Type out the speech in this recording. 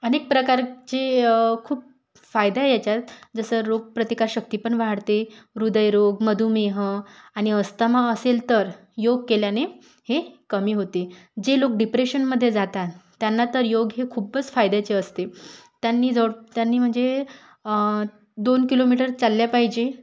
अनेक प्रकारचे खूप फायदा आहे याच्यात जसं रोगप्रतिकारशक्ती पण वाढते हृदयरोग मधुमेह आणि अस्तमा असेल तर योग केल्याने हे कमी होते जे लोक डिप्रेशनमध्ये जातात त्यांना तर योग हे खूपच फायद्याचे असते त्यांनी ज त्यांनी म्हणजे दोन किलोमीटर चाललं पाहिजे